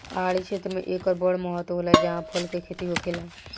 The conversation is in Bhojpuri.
पहाड़ी क्षेत्र मे एकर बड़ महत्त्व होला जाहा फल के खेती होखेला